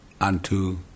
unto